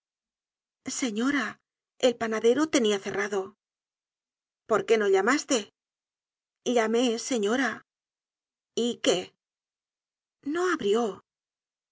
señora el panadero tenia cerrado por qué no llamaste llamé señora y qué no abrió